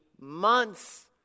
months